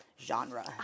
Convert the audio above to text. genre